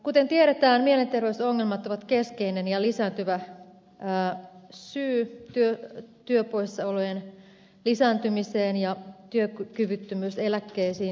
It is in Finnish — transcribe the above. kuten tiedetään mielenterveysongelmat ovat keskeinen ja lisääntyvä syy työpoissaolojen lisääntymiseen ja työkyvyttömyyseläkkeisiin